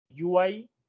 UI